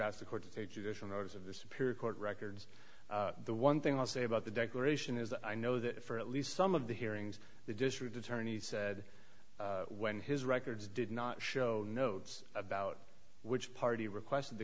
asked the court to take judicial notice of the superior court records the one thing i'll say about the declaration is that i know that for at least some of the hearings the district attorney said when his records did not show notes about which party requested t